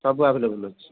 ସବୁ ଆଭେଲେବଲ୍ ଅଛି